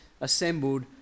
assembled